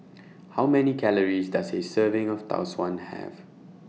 How Many Calories Does A Serving of Tau Suan Have